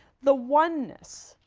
the oneness.